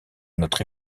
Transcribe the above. notre